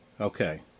Okay